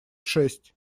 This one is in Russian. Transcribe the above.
шесть